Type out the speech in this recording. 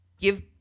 give